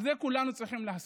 על זה כולנו צריכים להסכים.